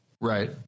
Right